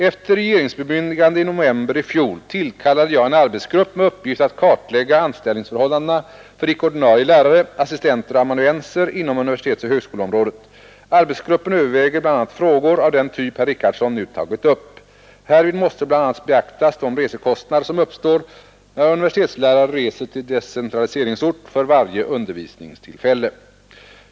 Efter regeringsbemyndigande i november i fjol tillkallade jag en arbetsgrupp med uppgift att kartlägga anställningsförhållandena för icke-ordinarie lärare, assistenter och amanuenser inom universitetsoch högskoleområdet. Arbetsgruppen överväger bl.a. frågor av den typ herr Richardson nu tagit upp. Härvid måste bl.a. beaktas de resekostnader som uppstår när universitetslärare reser till decentraliseringsort för varje undervisningstillfälle.